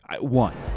one